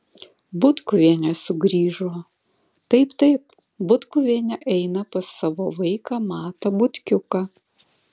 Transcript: butkuvienė sugrįžo taip taip butkuvienė eina pas savo vaiką matą butkiuką